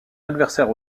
adversaire